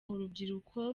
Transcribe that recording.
urubyiruko